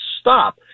stop